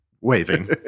waving